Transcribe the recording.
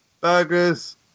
burgers